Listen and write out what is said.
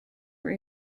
were